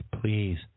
please